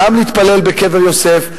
גם להתפלל בקבר יוסף,